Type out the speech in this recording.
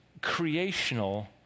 creational